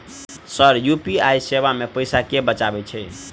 Sir UPI सेवा मे पैसा केँ बचाब छैय?